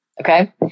Okay